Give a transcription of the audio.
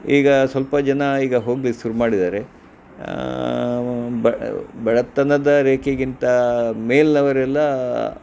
ಈಗ ಸ್ವಲ್ಪ ಜನ ಈಗ ಹೋಗ್ಲಿಕ್ಕೆ ಶುರು ಮಾಡಿದ್ದಾರೆ ಬಡತನದ ರೇಖೆಗಿಂತ ಮೇಲಿನವರೆಲ್ಲ